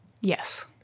Yes